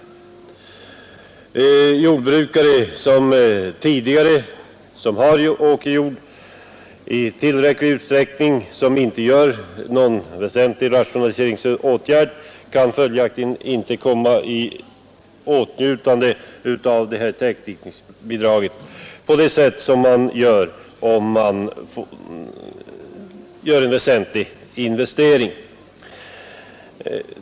En jordbrukare som har åkerjord i tillräcklig utsträckning men inte vidtar några väsentliga rationaliseringsåtgärder kan följaktligen inte komma i åtnjutande av täckdikningsbidraget i annat fall än att han gör en väsentlig investering.